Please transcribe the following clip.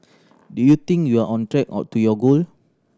do you think you're on track or to your goal